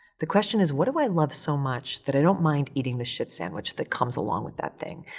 the question is, what do i love so much that i don't mind eating the shit sandwich that comes along with that thing?